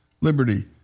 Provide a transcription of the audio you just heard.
liberty